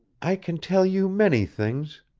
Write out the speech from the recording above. i can tell you many things,